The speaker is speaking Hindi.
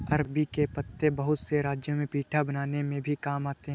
अरबी के पत्ते बहुत से राज्यों में पीठा बनाने में भी काम आते हैं